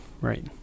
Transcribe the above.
right